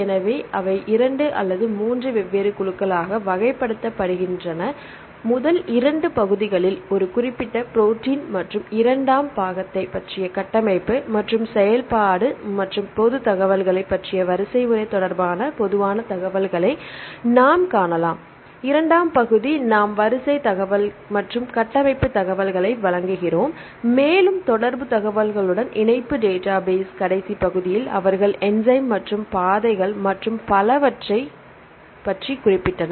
எனவே அவை இரண்டு அல்லது மூன்று மற்றும் பாதைகள் மற்றும் பலவற்றைப் பற்றி குறிப்பிட்டனர்